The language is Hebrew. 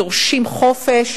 דורשים חופש,